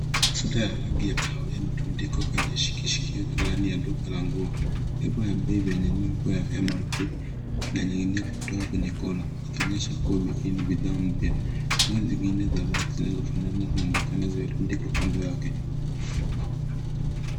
Sweta ya rangi ya kahawia imetundikwa kwenye kishikio iliyo ndani ya duka la nguo. Nembo ya bei yenye nembo ya mrp inaning'inia kutoka kwenye collar , ikionyesha kuwa hii ni bidhaa mpya. Nguo zingine za rangi zinazofanana zimeonekana zimeandikwa kando yake.